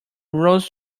rose